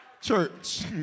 church